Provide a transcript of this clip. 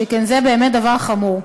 שכן זה באמת דבר חמור.